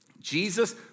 Jesus